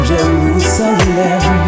Jerusalem